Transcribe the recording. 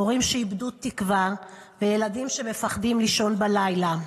הורים שאיבדו תקווה וילדים שמפחדים לישון בלילה.